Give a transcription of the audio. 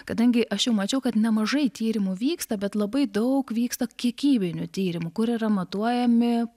kadangi aš jau mačiau kad nemažai tyrimų vyksta bet labai daug vyksta kiekybinių tyrimų kur yra matuojami